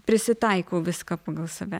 prisitaikau viską pagal save